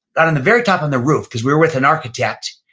on on the very top on the roof, cause were with an architect,